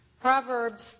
Proverbs